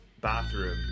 bathroom